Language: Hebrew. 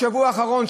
בשבוע האחרון,